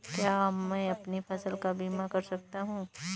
क्या मैं अपनी फसल का बीमा कर सकता हूँ?